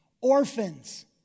Orphans